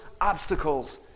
obstacles